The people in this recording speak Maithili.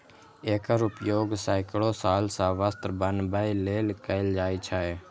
एकर उपयोग सैकड़ो साल सं वस्त्र बनबै लेल कैल जाए छै